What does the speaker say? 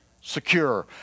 secure